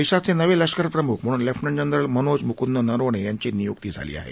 देशाचे नवे लष्करप्रमुख म्हणून लेफ्टनंट जनरल मनोज मुकुंद नरवणे यांची नियुक्ती झाली आहे